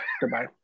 Goodbye